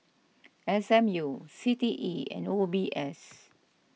S M U C T E and O B S